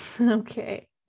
Okay